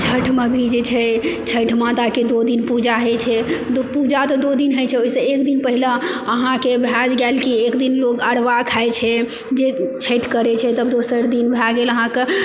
छठिमे भी जे छै छठि माताके दू दिन पूजा होइत छै पूजा तऽ दू दिन होइत छै ओहिसँ एकदिन पहिले अहाँकेँ भए गेल कि एकदिन लोक अरबा खाइत छै जे छठि करैत छै तऽ दोसरदिन भए गेल अहाँकेँ